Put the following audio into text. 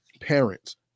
parents